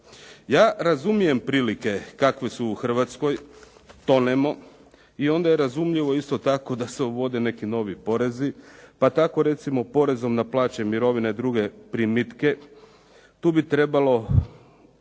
Ja razumijem prilike kakve su u Hrvatskoj, tonemo i onda je razumljivo isto tako da se uvode neki novi porezi. Pa tako recimo porezom na plaće i mirovine i druge primitke tu bi trebalo